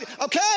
okay